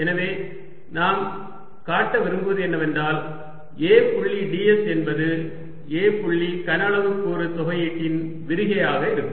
எனவே நாம் காட்ட விரும்புவது என்னவென்றால் A புள்ளி ds என்பது A புள்ளி கன அளவு கூறு தொகையீட்டின் விரிகை ஆக இருக்கும்